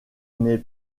n’est